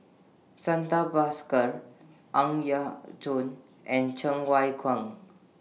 Santha Bhaskar Ang Yau Choon and Cheng Wai Keung